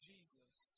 Jesus